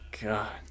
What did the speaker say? God